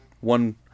One